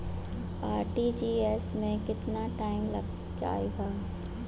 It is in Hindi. आर.टी.जी.एस में कितना टाइम लग जाएगा?